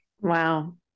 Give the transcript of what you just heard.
Wow